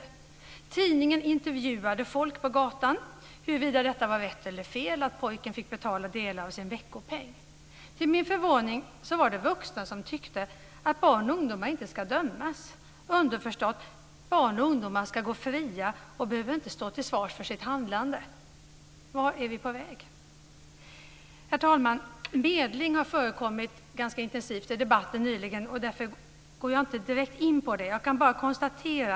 En tidning intervjuade folk på gatan om huruvida det var rätt eller fel att pojken fick betala delar av sin veckopeng. Till min förvåning fanns det vuxna som tyckte att barn och ungdomar inte ska dömas, underförstått: Barn och ungdomar ska gå fria och behöver inte stå till svars för sitt handlande. Vart är vi på väg? Herr talman! Medling har nyss avhandlats ganska intensivt i debatten, och jag går därför inte direkt in på det ämnet.